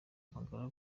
magara